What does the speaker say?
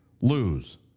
lose